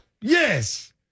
Yes